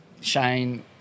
Shane